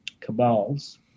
cabals